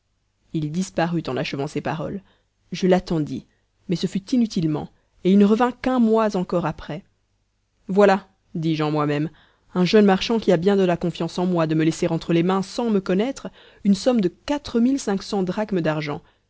il disparut en achevant ces paroles je l'attendis mais ce fut inutilement et il ne revint qu'un mois encore après voilà dis-je en moi-même un jeune marchand qui a bien de la confiance en moi de me laisser entre les mains sans me connaître une somme de quatre mille cinq cents drachmes d'argent